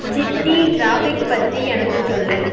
city traffic பற்றி எனக்குச் சொல்லு